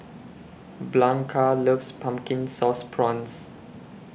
Blanca loves Pumpkin Sauce Prawns